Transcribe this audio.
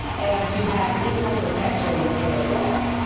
and to have equal protection before the law.